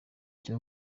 cyo